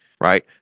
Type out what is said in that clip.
right